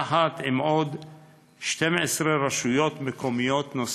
יחד עם 12 רשויות מקומיות נוספות,